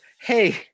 hey